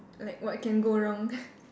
like what can go wrong